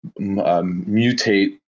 mutate